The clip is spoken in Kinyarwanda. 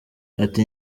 ati